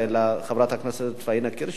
חברת הכנסת פניה קירשנבאום,